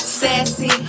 sassy